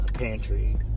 Pantry